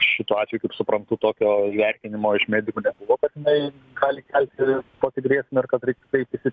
šituo atveju kaip suprantu tokio įvertinimo iš medikų nebuvo kad jinai gali kelti tokią grėsmę ar kad reiktų kreiptis į